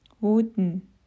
Wooden